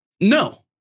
No